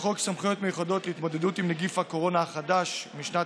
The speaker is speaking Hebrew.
7) לחוק סמכויות מיוחדות להתמודדות עם נגיף הקורונה החדש משנת